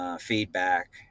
Feedback